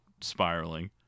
spiraling